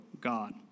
God